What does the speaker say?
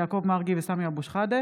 יעקב מרגי וסמי אבו שחאדה